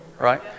right